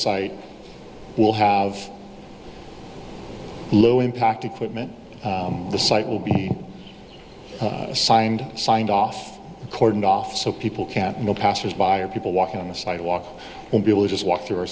site will have low impact equipment the site will be signed signed off cordoned off so people can know passers by or people walking on the sidewalk will be able to just walk through our